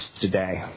today